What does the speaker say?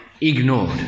ignored